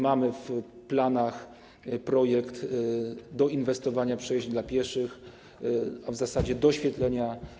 Mamy w planach projekt doinwestowania przejść dla pieszych, a zasadzie ich doświetlenia.